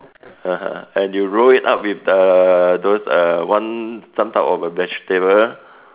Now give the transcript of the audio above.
(uh huh) and you roll it up with uh those uh one some type of a vegetable